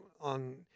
on